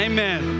Amen